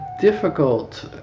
difficult